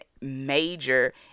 major